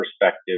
perspective